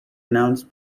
announced